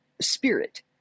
spirit